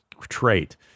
trait